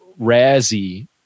Razzie